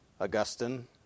Augustine